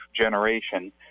generation